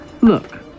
Look